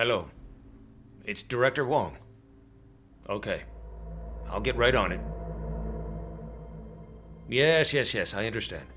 hello it's director one ok i'll get right on it yes yes yes i understand